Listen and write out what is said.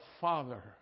Father